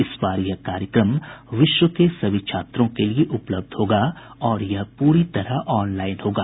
इस बार यह कार्यक्रम विश्व के सभी छात्रों के लिए उपलब्ध होगा और यह पूरी तरह ऑनलाइन होगा